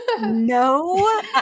no